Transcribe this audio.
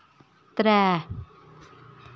त्रै